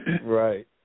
right